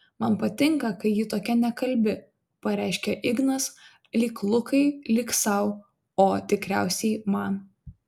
man patinka kai ji tokia nekalbi pareiškia ignas lyg lukai lyg sau o tikriausiai man